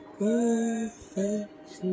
perfect